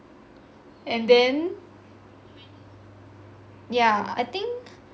and then yeah I think